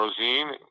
Rosine